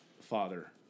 father